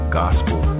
gospel